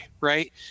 right